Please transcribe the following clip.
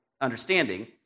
understanding